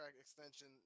extension